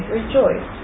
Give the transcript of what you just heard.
rejoice